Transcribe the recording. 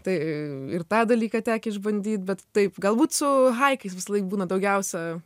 tai ir tą dalyką tekę išbandyt bet taip galbūt su haikais visąlaik būna daugiausia